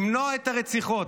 למנוע את הרציחות,